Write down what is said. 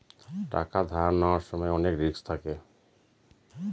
টাকা ধার নেওয়ার সময় অনেক রিস্ক থাকে